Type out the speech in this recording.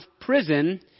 prison